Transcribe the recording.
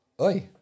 Oi